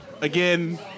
Again